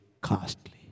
costly